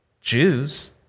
Jews